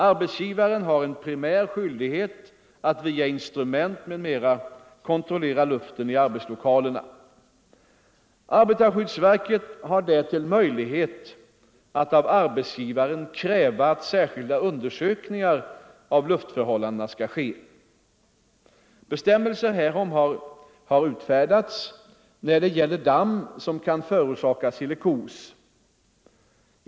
Arbetsgivaren har en primär skyldighet att via instrument m.m. kontrollera luften i arbetslokalerna. Arbetarskyddsverket har därtill möjlighet att av arbetsgivaren kräva att särskilda undersökningar av luftförhållandena skall ske. Bestämmelser härom har utfärdats när det gäller damm som kan förorsaka silikos.